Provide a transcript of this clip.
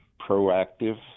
proactive